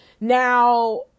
Now